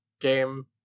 game